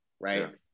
right